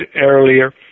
earlier